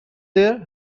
there